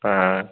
हाँ